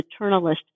maternalist